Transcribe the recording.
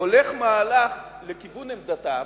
הולך מהלך לכיוון עמדתם,